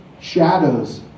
shadows